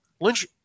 Lynch